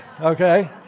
okay